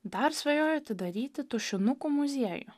dar svajoju atidaryti tušinukų muziejų